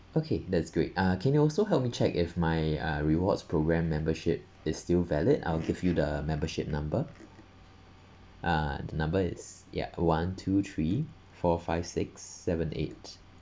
okay that's great uh can you also help me check if my uh rewards program membership is still valid I'll give you the membership number uh the number is yup one two three four five six seven eight